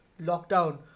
lockdown